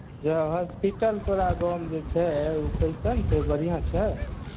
जर हॉस्पिटल तोरा गाँवमे जे छै ओ कैसन छै बढ़िआँ छै